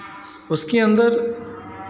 उसके अन्दर